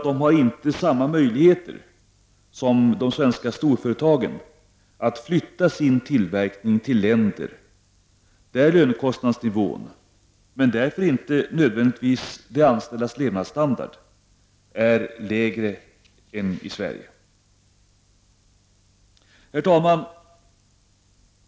De har inte samma möjligheter som de svenska storföretagen att flytta sin tillverkning till länder där lönekostnadsnivån, men därför inte nödvändigvis de anställdas levnadsstandard, är lägre än i Sverige. Herr talman!